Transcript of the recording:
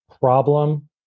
problem